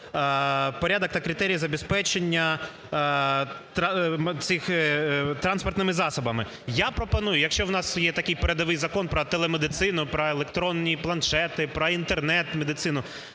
"порядок та критерії забезпечення транспортними засобами". Я пропоную, якщо в нас є такий передовий закон про телемедицину, про електронні планшети, про Інтернет-медицину,